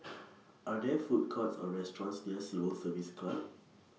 Are There Food Courts Or restaurants near Civil Service Club